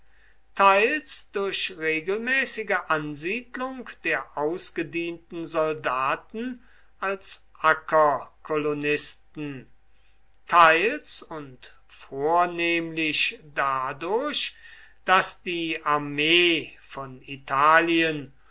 teils durch regelmäßige ansiedlung der ausgedienten soldaten als ackerkolonisten teils und vornehmlich dadurch daß die armee von italien